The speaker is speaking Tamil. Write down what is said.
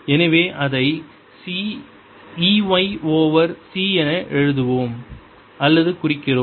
எனவே அதை c E y over c என எழுதுவோம் அல்லது குறிக்கிறோம்